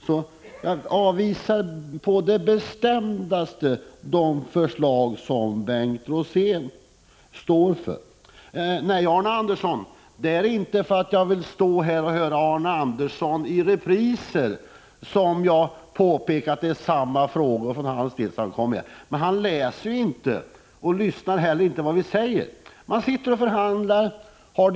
Så jag avvisar på det bestämdaste det förslag som Bengt Rosén står för. Det är inte för att jag vill höra Arne Andersson i Ljung i repriser som jag påpekar att det är samma frågor som han kommer med. Men han läser ju inte vad som står skrivet och lyssnar heller inte till vad vi säger.